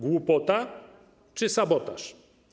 Głupota czy sabotaż?